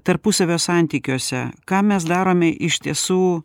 tarpusavio santykiuose ką mes darome iš tiesų